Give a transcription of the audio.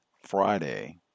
Friday